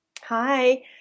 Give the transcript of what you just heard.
Hi